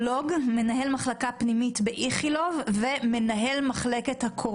פרופ' איילון איזברג נמצא אתנו?